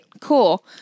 Cool